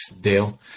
deal